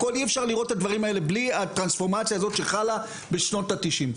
אי אפשר לראות את זה בלי הטרנספורמציה הזאת שחלה בשנות התשעים.